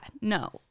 no